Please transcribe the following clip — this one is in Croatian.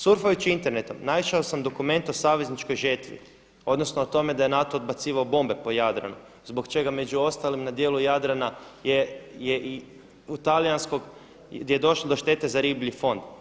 Surfajući internetom naišao sam na dokument o savezničkoj žetvi, odnosno o tome da je NATO odbacivao bombe po Jadranu zbog čega među ostalom na dijelu Jadrana je i u talijanskom, gdje je došlo do štete za riblji fond.